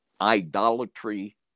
idolatry